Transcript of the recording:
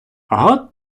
агат